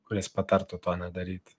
kuris patartų to nedaryti